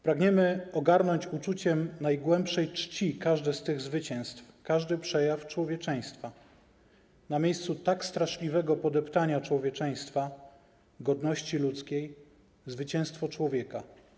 Pragniemy ogarnąć uczuciem najgłębszej czci każde z tych zwycięstw, każdy przejaw człowieczeństwa (...) na miejscu tak straszliwego podeptania człowieczeństwa, godności ludzkiej - zwycięstwo człowieka.